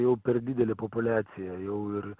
jau per didelė populiacija jau ir